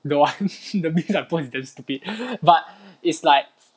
don't want the name I put is damn stupid but is like